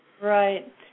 Right